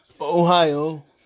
Ohio